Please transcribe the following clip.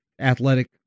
athletic